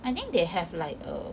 I think they have like a